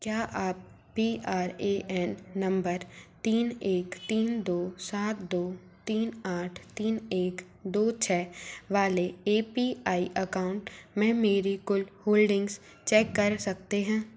क्या आप P R A N number तीन एक तीन दो सात दो तीन आठ तीन एक दो छः वाले ए पी आई अकाउंट में मेरी कुल होल्डिंग्स चेक कर सकते हैं